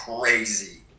crazy